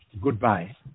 Goodbye